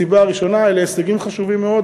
הסיבה הראשונה: אלה הישגים חשובים מאוד,